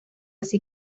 así